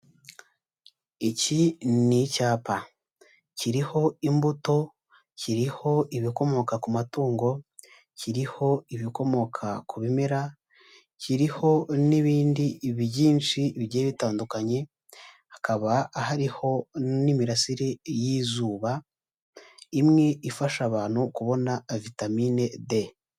Iki ni icyapa, kiriho imbuto, kiriho ibikomoka ku matungo, kiriho ibikomoka ku bimera, kiriho n'ibindi byinshi bigiye bitandukanye, hakaba hariho n'imirasire y'izuba, imwe ifasha abantu kubona vitamine D.